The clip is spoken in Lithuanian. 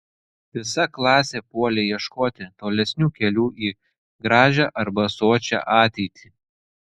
visa klasė puolė ieškoti tolesnių kelių į gražią arba sočią ateitį